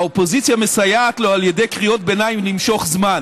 האופוזיציה מסייעת לו למשוך זמן